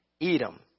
Edom